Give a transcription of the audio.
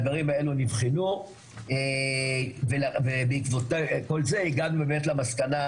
הדברים האלה נבחנו ובעקבות כל זה הגענו באמת למסקנה,